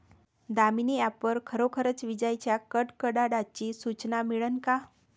Damini app वर खरोखर विजाइच्या कडकडाटाची सूचना मिळन का?